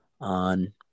on